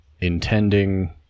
intending